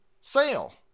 sale